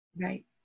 Right